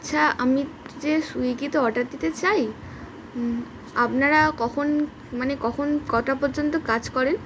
আচ্ছা আমি যে সুইগি তো অর্ডার দিতে চাই আপনারা কখন মানে কখন কটা পর্যন্ত কাজ করেন